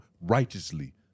righteously